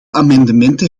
amendementen